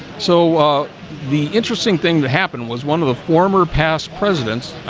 so the interesting thing that happened was one of the former past presidents